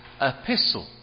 epistle